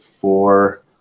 four